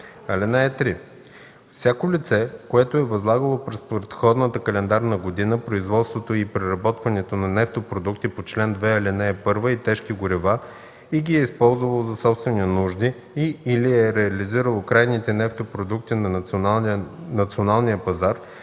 (3) Всяко лице, което е възлагало през предходната календарна година производството и преработването на нефтопродукти по чл. 2, ал. 1 и тежки горива и ги е използвало за собствени нужди, и/или е реализирало крайните нефтопродукти на националния пазар,